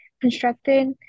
constructed